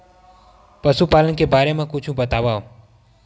पशुपालन के बारे मा कुछु बतावव?